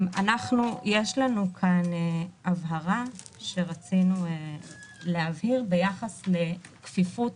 יש לנו כאן הבהרה שרצינו להבהיר ביחס לכפיפות,